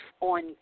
on